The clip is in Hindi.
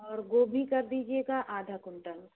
और गोभी कर दीजिएगा आधा कुंटल